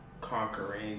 Conquering